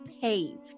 paved